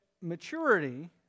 maturity